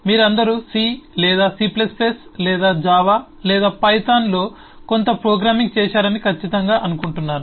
మీరందరూ సి లేదా C లేదా జావా లేదా పైథాన్లోC or C or java or python కొంత ప్రోగ్రామింగ్ చేశారని ఖచ్చితంగా అనుకుంటున్నాను